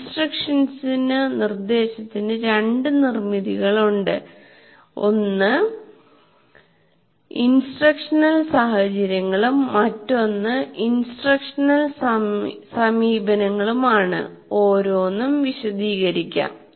ഇൻസ്ട്രക്ഷൻസിനു രണ്ട് നിർമ്മിതികളുണ്ട് ഒന്ന് ഇൻസ്ട്രക്ഷണൽ സാഹചര്യങ്ങളും മറ്റൊന്ന് ഇൻസ്ട്രക്ഷണൽ സമീപനങ്ങളുമാണ് ഓരോന്നും വിശദീകരിക്കാം